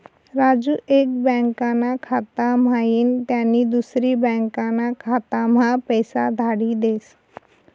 राजू एक बँकाना खाता म्हाईन त्यानी दुसरी बँकाना खाताम्हा पैसा धाडी देस